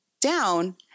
down